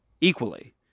equally